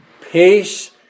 peace